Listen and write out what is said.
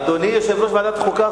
אדוני יושב-ראש ועדת החוקה,